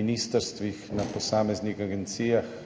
ministrstvih, na posameznih agencijah,